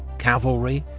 cavalry,